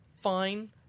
fine